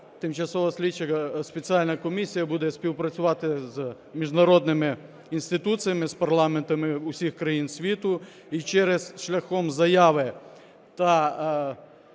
тимчасова спеціальна комісія буде співпрацювати з міжнародними інституціями, з парламентами усіх країн світу, і через шляхом заяви та